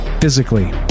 physically